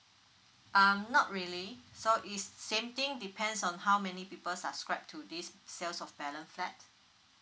um not really so is same thing depends on how many people subscribe to this sales of balance flat